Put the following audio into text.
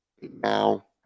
now